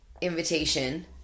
invitation